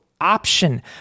option